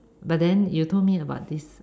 but then you told me about this